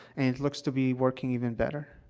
and it looks to be working even better.